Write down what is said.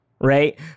right